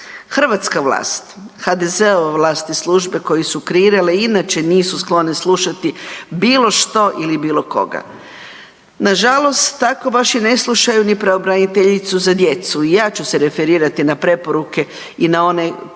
Hrvatska vlast, HDZ-ova vlast i službe koje su kreirale i inače nisu sklone slušati bilo što ili bilo koga, nažalost tako baš i ne slušaju pravobraniteljicu za djecu. I ja ću se referirati na preporuke i na one preporuke